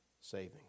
saving